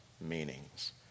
meanings